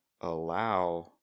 allow